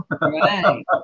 Right